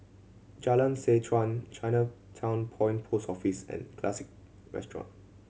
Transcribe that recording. Jalan Seh Chuan Chinatown Point Post Office and Classique Restaurant